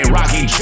Rocky